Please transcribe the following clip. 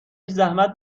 زحمت